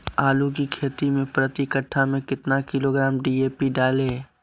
आलू की खेती मे प्रति कट्ठा में कितना किलोग्राम डी.ए.पी डाले?